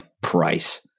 price